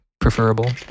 preferable